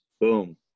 Boom